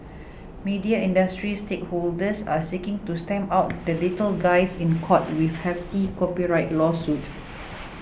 media industry stakeholders are seeking to stamp out the little guys in court with hefty copyright lawsuit